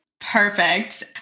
Perfect